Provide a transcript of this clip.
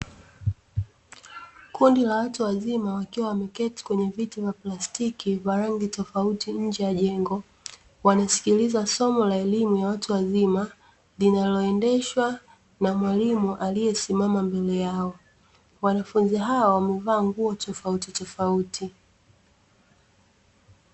Kundi la watu wazima wakiwa wameketi kwenye viti vya plastiki vya rangi tofauti nje ya jengo, wanasikiliza somo la elimu la watu wazima linaloendeshwa na mwalimu aliesimama mbele yao, wanafunzi hao wamevaa nguo tofauti tofauti